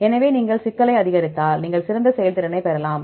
எனவே நீங்கள் சிக்கலை அதிகரித்தால் நீங்கள் சிறந்த செயல்திறனைப் பெறலாம்